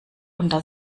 unter